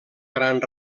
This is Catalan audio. gran